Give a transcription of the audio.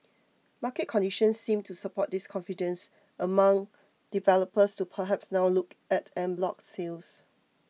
market conditions seems to support this confidence among developers to perhaps now look at en bloc sales